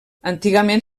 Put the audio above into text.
antigament